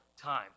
time